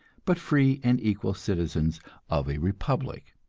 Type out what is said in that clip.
but free and equal citizens of a republic.